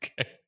Okay